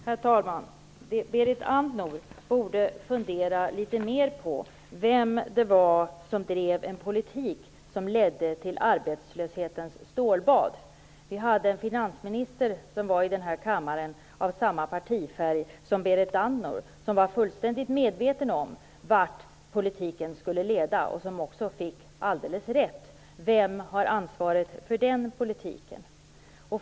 Herr talman! Berit Andnor borde fundera litet mer på vem det var som drev en politik som ledde till arbetslöshetens stålbad. Vi hade då en finansminister i denna kammare av samma partifärg som Berit Andnor, och som var fullständigt medveten om vart denna politik skulle leda och som också fick alldeles rätt. Vem har ansvaret för den politiken?